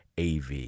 AV